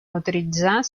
autoritzar